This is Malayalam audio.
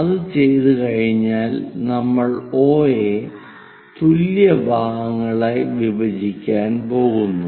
അത് ചെയ്തുകഴിഞ്ഞാൽ നമ്മൾ O യെ തുല്യ ഭാഗങ്ങളായി വിഭജിക്കാൻ പോകുന്നു